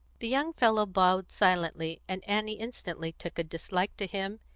the young fellow bowed silently, and annie instantly took a dislike to him,